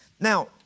Now